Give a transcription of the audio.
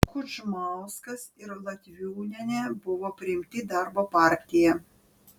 kudžmauskas ir latviūnienė buvo priimti į darbo partiją